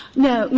no. no,